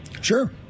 Sure